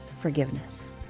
forgiveness